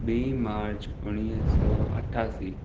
ॿीं मार्च उणवीह सौ अठासी